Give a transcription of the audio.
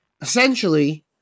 essentially